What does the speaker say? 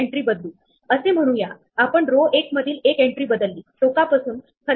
तेव्हा आपली पहिली पायरी म्हणजे हे क्यू मधून काढून टाकने आणि त्याचे शेजारी अन्वेषण करणे